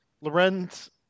Lorenz